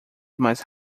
mais